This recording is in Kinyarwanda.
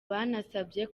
banasabye